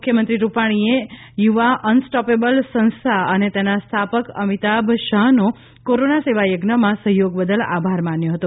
મુખ્યમંત્રી રૂપાણીએ યુવા અનસ્ટોપેબલ સંસ્થા અને તેના સ્થાપક અમિતાભ શાહનો કોરોના સેવાયજ્ઞમાં સહયોગ બદલ આભાર માન્યો હતો